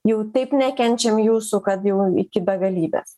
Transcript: jau taip nekenčiam jūsų kad jau iki begalybės